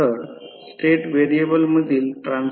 परंतु प्रतिबाधा०